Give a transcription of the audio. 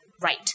right